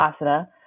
asada